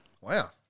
Wow